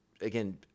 again